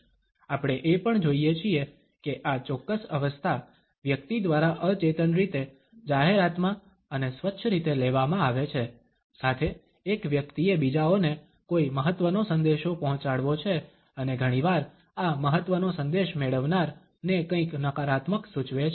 આપણે એ પણ જોઇએ છીએ કે આ ચોક્કસ અવસ્થા વ્યક્તિ દ્વારા અચેતન રીતે જાહેરાતમાં અને સ્વચ્છ રીતે લેવામાં આવે છે સાથે એક વ્યક્તિએ બીજાઓને કોઈ મહત્ત્વનો સંદેશો પહોંચાડવો છે અને ઘણીવાર આ મહત્વનો સંદેશ મેળવનાર ને કંઈક નકારાત્મક સૂચવે છે